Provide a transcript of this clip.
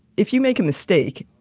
if you make a mistake,